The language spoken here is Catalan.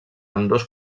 ambdós